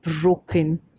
broken